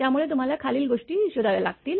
त्यामुळे तुम्हाला खालील गोष्टी शोधाव्या लागतील